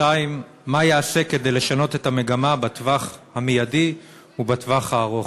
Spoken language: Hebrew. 2. מה ייעשה כדי לשנות את המגמה בטווח המיידי ובטווח הארוך?